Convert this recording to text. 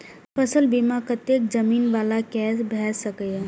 फसल बीमा कतेक जमीन वाला के भ सकेया?